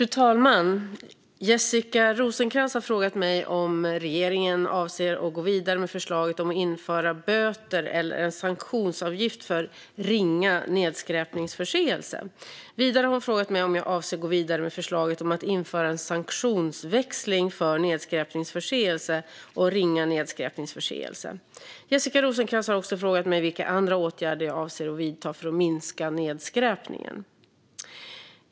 Fru talman! Jessica Rosencrantz har frågat mig om regeringen avser att gå vidare med förslaget om att införa böter eller en sanktionsavgift för ringa nedskräpningsförseelse. Vidare har hon frågat mig om jag avser att gå vidare med förslaget om att införa en sanktionsväxling för nedskräpningsförseelse och ringa nedskräpningsförseelse. Jessica Rosencrantz har också frågat mig vilka andra åtgärder jag avser att vidta för att minska nedskräpningen.